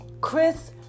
Chris